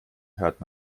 hört